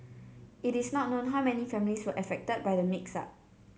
it is not known how many families were affected by the mix up